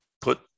put